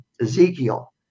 Ezekiel